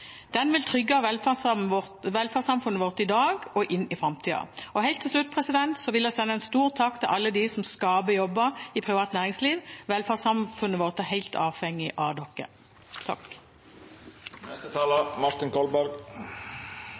den nye plattformen. Den vil trygge velferdssamfunnet vårt i dag og inn i framtida. Helt til slutt vil jeg sende en stor takk til alle dem som skaper jobber i privat næringsliv. Velferdssamfunnet vårt er helt avhengig av dere.